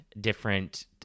different